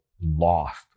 lost